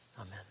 Amen